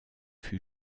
fut